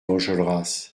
enjolras